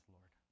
Lord